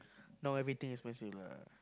now everything expensive lah